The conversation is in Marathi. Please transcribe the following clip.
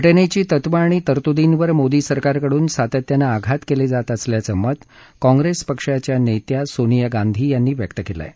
घटनेची तत्व आणि तरतूदींवर मोदी सरकारकडून सातत्यानं आघात केले जात असल्याचं मत काँग्रेस पक्षाच्या नेत्या सोनिया गांधी यांनी व्यक्त केलं आहे